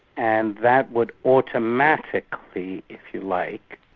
and that would automatically, if you like,